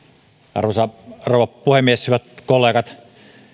arvoisa rouva puhemies hyvät kollegat